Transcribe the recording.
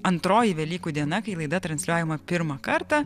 antroji velykų diena kai laida transliuojama pirmą kartą